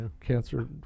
cancer